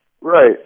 Right